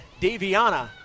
Daviana